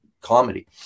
comedy